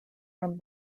from